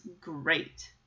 great